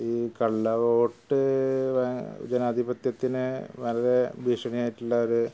ഈ കള്ളവോട്ട് ജനാധിപത്യത്തിന് വളരെ ഭീഷണിയായിട്ടുള്ള ഒരു